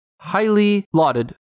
highly-lauded